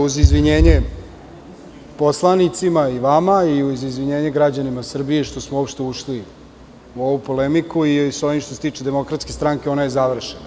Uz izvinjenje poslanicima i vama i uz izvinjenje građanima Srbije što smo uopšte ušli u ovu polemiku i što se tiče DS ona je završena.